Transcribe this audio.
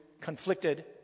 conflicted